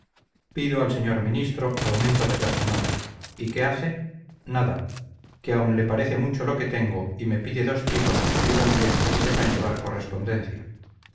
pido al señor ministro aumento de personal y qué hace nada que aún le parece mucho lo que tengo y me pide dos chicos que escriban bien y sepan llevar correspondencia